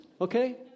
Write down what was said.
okay